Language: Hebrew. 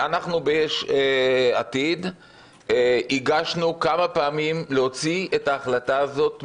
אנחנו ביש עתיד הגשנו כמה פעמים הצעה להוציא את ההחלטה הזאת מאיתנו,